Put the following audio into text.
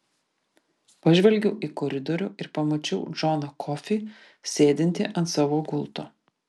pažvelgiau į koridorių ir pamačiau džoną kofį sėdintį ant savo gulto